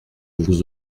vous